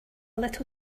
little